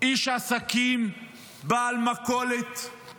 איש עסקים בעל מכולת צריך